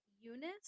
Eunice